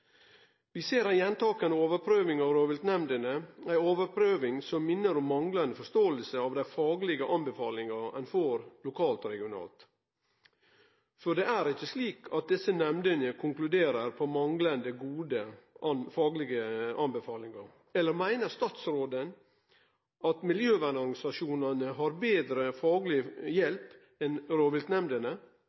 Vi ser ei gjentakande overprøving av rovviltnemndene, ei overprøving som minner om ei manglande forståing av dei faglege anbefalingane ein får lokalt og regionalt. For det er ikkje slik at desse nemndene konkluderer på manglande gode, faglege anbefalingar – eller meiner statsråden at miljøvernorganisasjonane har betre fagleg hjelp enn